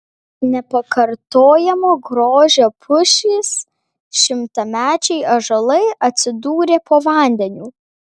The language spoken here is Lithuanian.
nepakartojamo grožio pušys šimtamečiai ąžuolai atsidūrė po vandeniu